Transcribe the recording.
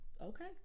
Okay